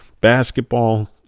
basketball